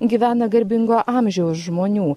gyvena garbingo amžiaus žmonių